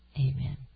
Amen